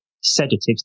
sedatives